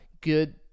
good